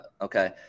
Okay